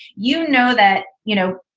you know that, you know,